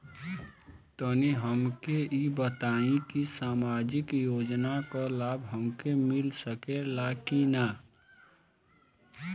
तनि हमके इ बताईं की सामाजिक योजना क लाभ हमके मिल सकेला की ना?